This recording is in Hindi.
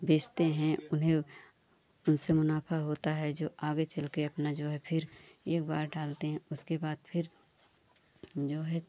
बेचते हैं उन्हें उनसे मुनाफा होता है जो आगे चलकर अपना जो है फिर एक बार डालते हैं उसके बाद फिर जो है